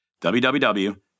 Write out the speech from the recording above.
www